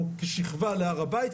כשכבה להר הבית,